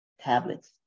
tablets